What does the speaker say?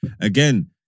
Again